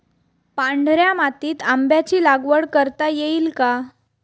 पांढऱ्या मातीत आंब्याची लागवड करता येईल का?